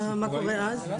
מה קורה אז?